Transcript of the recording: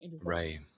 right